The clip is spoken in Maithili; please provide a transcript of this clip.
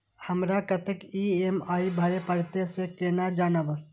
हमरा कतेक ई.एम.आई भरें परतें से केना जानब?